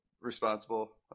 responsible